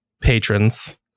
patrons